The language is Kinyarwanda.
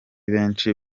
benshi